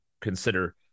consider